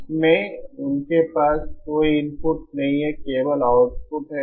उस में उनके पास कोई इनपुट नहीं है केवल आउटपुट है